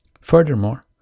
Furthermore